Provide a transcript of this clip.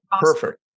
perfect